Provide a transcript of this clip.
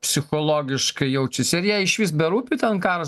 psichologiškai jaučiasi ar jai išvis berūpi ten karas